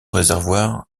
réservoir